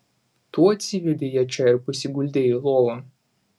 tu atsivedei ją čia ir pasiguldei į lovą